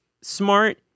smart